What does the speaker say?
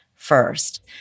first